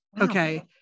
Okay